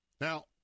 Now